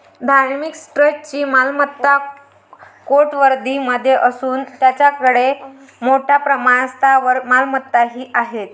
धार्मिक ट्रस्टची मालमत्ता कोट्यवधीं मध्ये असून त्यांच्याकडे मोठ्या प्रमाणात स्थावर मालमत्ताही आहेत